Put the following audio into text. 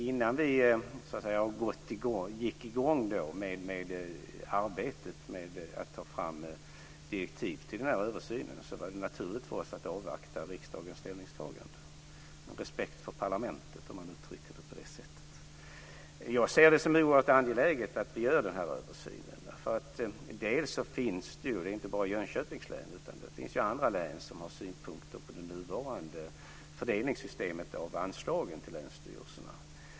Innan vi så att säga gick i gång då med arbetet med att ta fram direktiv till den här översynen var det naturligt att avvakta riksdagens ställningstagande - av respekt för parlamentet, om man uttrycker det på det sättet. Jag ser det som oerhört angeläget att vi gör den här översynen, därför att det ju inte bara är Jönköpings län utan också andra län som har synpunkter på det nuvarande fördelningssystemet av anslagen till länsstyrelserna.